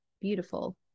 beautiful